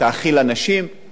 אבל לא חייבים להאכיל אנשים,